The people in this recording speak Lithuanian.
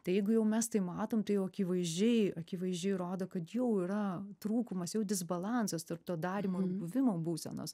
tai jeigu jau mes tai matom tai jau akivaizdžiai akivaizdžiai rodo kad jau yra trūkumas jau disbalansas tarp to darymo ir buvimo būsenos